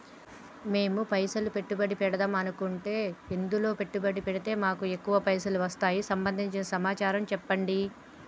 మేము పైసలు పెట్టుబడి పెడదాం అనుకుంటే ఎందులో పెట్టుబడి పెడితే మాకు ఎక్కువ పైసలు వస్తాయి సంబంధించిన సమాచారం చెప్పండి?